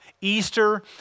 Easter